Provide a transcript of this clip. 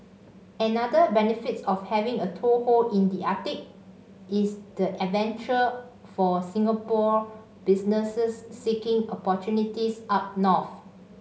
another benefit of having a toehold in the Arctic is the adventure for Singapore businesses seeking opportunities up north